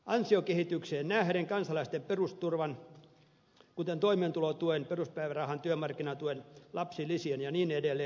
ansiokehitykseen nähden kansalaisten perusturvan kuten toimeentulotuen peruspäivärahan työmarkkinatuen lapsilisien ja niin edelleen